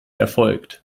erfolgt